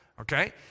okay